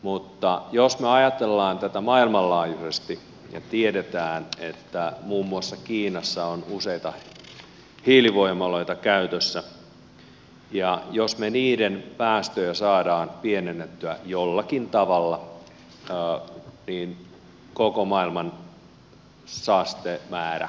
mutta jos me ajattelemme tätä maailmanlaajuisesti ja tiedämme että muun muassa kiinassa on useita hiilivoimaloita käytössä ja jos me niiden päästöjä saadaan pienennettyä jollakin tavalla niin koko maailman saastemäärä pienenee